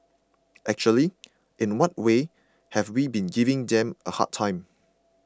actually in what way have we been giving them a hard time